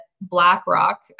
BlackRock